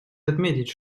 отметить